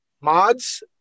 Mods